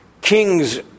kings